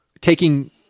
taking